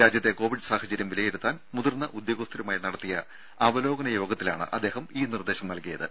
രാജ്യത്തെ കോവിഡ് സാഹചര്യം വിലയിരുത്താൻ മുതിർന്ന ഉദ്യോഗസ്ഥരുമായി നടത്തിയ അവലോകന യോഗത്തിലാണ് അദ്ദേഹം ഈ നിർദ്ദേശം നൽകിയത്